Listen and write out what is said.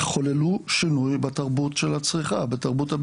שחוללו שינוי בתרבות של הצריכה, בתרבות השל